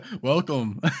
welcome